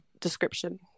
description